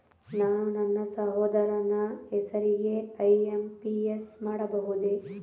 ನಾನು ನನ್ನ ಸಹೋದರನ ಹೆಸರಿಗೆ ಐ.ಎಂ.ಪಿ.ಎಸ್ ಮಾಡಬಹುದೇ?